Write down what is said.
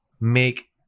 make